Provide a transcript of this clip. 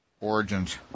Origins